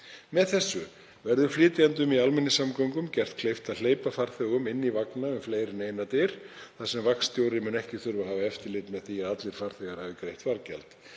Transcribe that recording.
Með þessu verður flytjendum í almenningssamgöngum gert kleift að hleypa farþegum inn í vagna um fleiri en einar dyr þar sem vagnstjóri mun ekki þurfa að hafa eftirlit með því að allir farþegar hafi greitt fargjald.